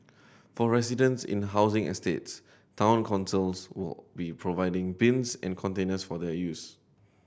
for residents in housing estates town councils will be providing bins and containers for their use